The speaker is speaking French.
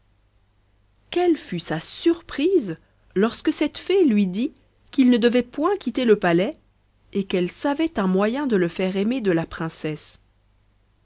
quelle fut sa surprise lorsque cette fée lui dit qu'il ne devait point quitter le palais et qu'elle savait un moyen de le faire aimer de la princesse